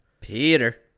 Peter